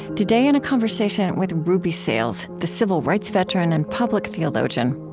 today, in a conversation with ruby sales, the civil rights veteran and public theologian.